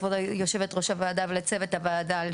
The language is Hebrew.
לכבוד יושבת-ראש הוועדה ולצוות הוועדה על